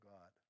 God